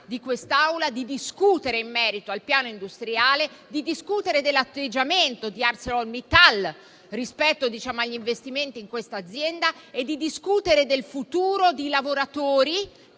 di quest'Aula di discutere in merito al piano industriale, di discutere dell'atteggiamento di ArcelorMittal rispetto agli investimenti in questa azienda e del futuro di lavoratori,